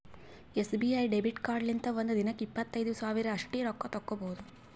SBI debit ಕಾರ್ಡ್ಲಿಂತ ಒಂದ್ ದಿನಕ್ಕ ಇಪ್ಪತ್ತೈದು ಸಾವಿರ ಅಷ್ಟೇ ರೊಕ್ಕಾ ತಕ್ಕೊಭೌದು